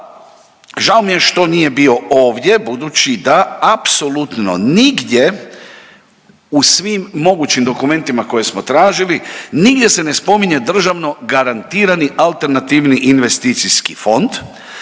žao mi je što nije bio ovdje budući da apsolutno nigdje u svim mogućim dokumentima koje smo tražili, nigdje se ne spominje državno garantirani alternativni investicijski fond,